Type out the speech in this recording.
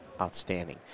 Outstanding